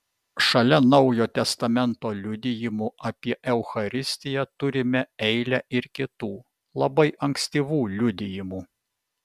šalia naujo testamento liudijimų apie eucharistiją turime eilę ir kitų labai ankstyvų liudijimų